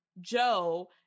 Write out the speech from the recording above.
joe